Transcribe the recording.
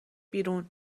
بیرون